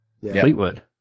Fleetwood